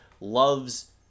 loves